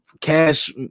cash